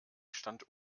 stand